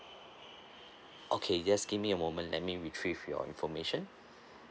okay just give me a moment let me retrieve your information